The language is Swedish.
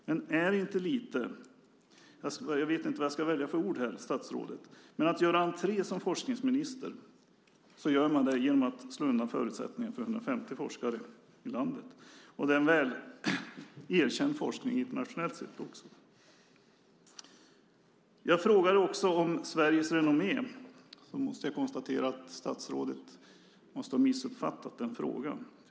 Men är det inte lite - jag vet inte vad jag ska välja för ord här, statsrådet - att göra entré som forskningsminister genom att slå undan förutsättningarna för 150 forskare i landet? Det är också en väl erkänd forskning internationellt sett. Jag frågade också om Sveriges renommé. Då måste jag konstatera att statsrådet tyvärr måste ha missuppfattat den frågan.